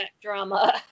Drama